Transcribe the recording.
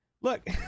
Look